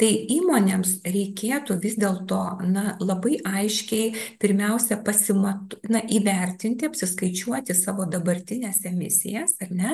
tai įmonėms reikėtų vis dėlto na labai aiškiai pirmiausia pasimat na įvertinti apsiskaičiuoti savo dabartines emisijas ar ne